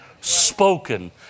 spoken